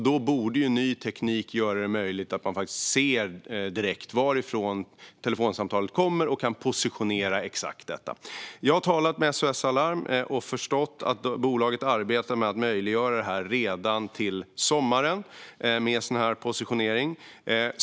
Då borde ny teknik möjliggöra att man direkt ser varifrån telefonsamtalet kommer och kan positionera detta exakt. Jag har talat med SOS Alarm och förstått att bolaget arbetar med att möjliggöra positionering redan till sommaren.